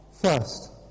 first